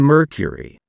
Mercury